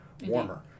warmer